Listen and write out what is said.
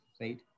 right